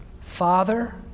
Father